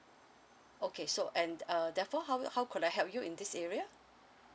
okay so and err therefore how how could I help you in this area